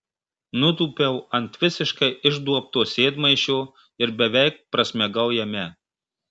nutūpiau ant visiškai išduobto sėdmaišio ir beveik prasmegau jame